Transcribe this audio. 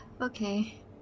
Okay